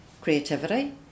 creativity